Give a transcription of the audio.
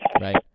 right